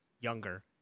younger